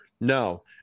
No